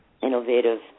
innovative